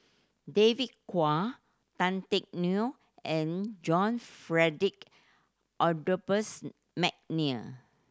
David Kwo Tan Teck Neo and John Adolphus McNair